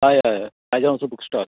हय हय Rajhans book stall